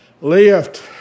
Lift